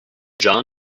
john